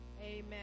Amen